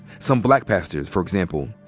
some black pastors, for example,